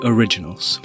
Originals